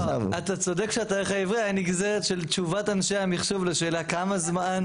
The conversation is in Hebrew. אתה צודק שהתאריך העברי היה נגזרת של תשובת אנשי המחשוב לשאלה כמה זמן,